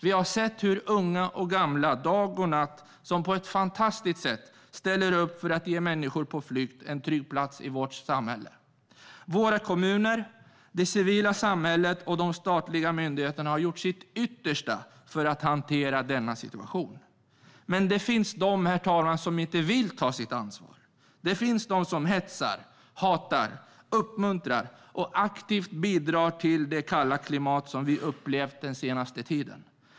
Vi har sett hur unga och gamla dag och natt på ett fantastiskt sätt har ställt upp för att ge människor på flykt en trygg plats i vårt samhälle. Våra kommuner, det civila samhället och de statliga myndigheterna har gjort sitt yttersta för att hantera denna situation, men det finns de, herr talman, som inte vill ta sitt ansvar. Det finns de som hetsar, hatar, uppmuntrar och aktivt bidrar till det kalla klimat som vi har upplevt den senaste tiden.